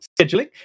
scheduling